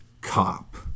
Cop